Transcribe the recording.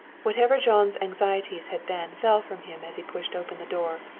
whatever jean's anxieties had been fell from him as he pushed open the door.